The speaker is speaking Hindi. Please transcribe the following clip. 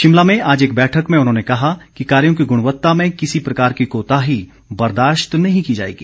शिमला में आज एक बैठक में उन्होंने कहा कि कार्यो की गुणवत्ता में किसी प्रकार की कोताही बर्दाशत नही की जाएगी